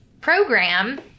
program